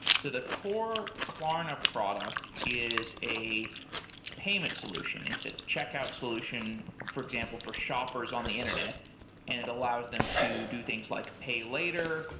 so the core klarna product is a payment solution. it's a checkout solution, for example, for shoppers on the internet and it allows them to do things like pay later,